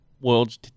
worlds